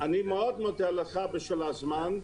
מאוד מודה לך על הזמן ,